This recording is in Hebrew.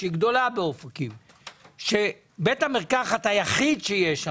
להפעיל את בית המרקחת באופקים